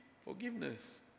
forgiveness